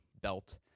belt